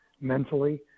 mentally